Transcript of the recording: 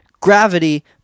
Gravity